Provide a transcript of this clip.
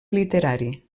literari